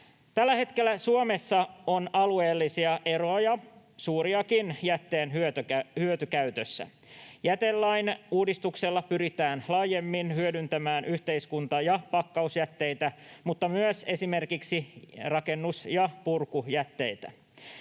Tällä hetkellä Suomessa on alueellisia eroja, suuriakin, jätteen hyötykäytössä. Jätelain uudistuksella pyritään laajemmin hyödyntämään yhdyskunta- ja pakkausjätteitä mutta myös esimerkiksi rakennus- ja purkujätteitä.